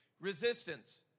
resistance